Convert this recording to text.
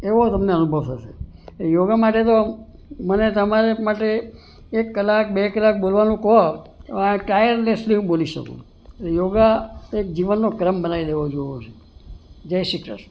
એવો તમને અનુભવ થશે યોગા માટે તો મને તમારે માટે એક કલાક બે કલાક બોલવાનું કહો તો આ ટાયરલેસલી હું બોલી શકું યોગા એક જીવનનો ક્રમ બનાવી દેવો જોઈએ જય શ્રી ક્રષ્ણ